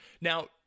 now